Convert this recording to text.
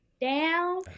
down